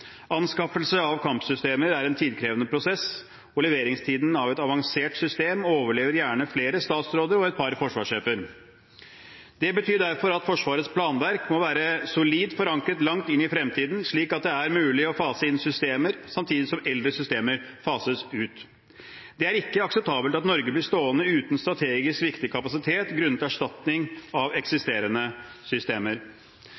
Anskaffelse av kampsystemer er en tidkrevende prosess, og leveringstiden av et avansert system overlever gjerne flere statsråder og et par forsvarssjefer. Det betyr at Forsvarets planverk må være solid forankret langt inn i fremtiden, slik at det er mulig å fase inn systemer, samtidig som eldre systemer fases ut. Det er ikke akseptabelt at Norge blir stående uten strategisk viktig kapasitet grunnet erstatning av eksisterende systemer.